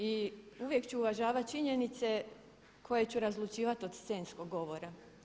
I uvijek ću uvažavat činjenice koje ću razlučivat od scenskog govora.